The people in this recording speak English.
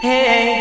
Hey